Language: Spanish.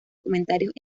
comentarios